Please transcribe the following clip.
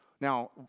Now